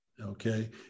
okay